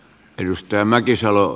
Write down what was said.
arvoisa puhemies